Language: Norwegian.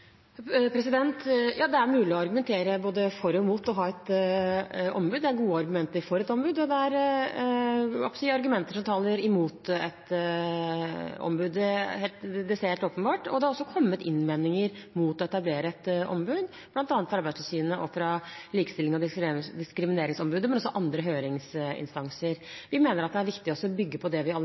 Ja, det er mulig å argumentere både for og imot å ha et ombud, det er gode argumenter for et ombud og det er argumenter som taler imot et ombud. Det ser jeg helt åpenbart. Det har også kommet innvendinger mot å etablere et ombud, bl.a. fra Arbeidstilsynet og fra Likestillings- og diskrimineringsombudet, men også fra andre høringsinstanser. Vi mener det er viktig å bygge på det vi